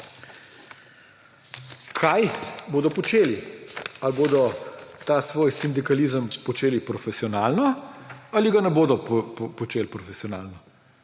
kaj bodo počeli. Ali bodo ta svoj sindikalizem počeli profesionalno ali ga ne bodo počeli profesionalno?